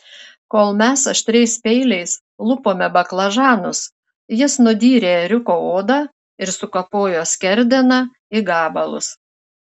kol mes aštriais peiliais lupome baklažanus jis nudyrė ėriuko odą ir sukapojo skerdeną į gabalus